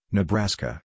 Nebraska